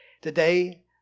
Today